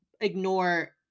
ignore